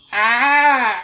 !huh!